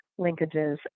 linkages